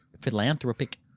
philanthropic